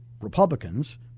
Republicans